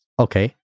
Okay